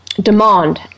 Demand